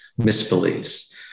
misbeliefs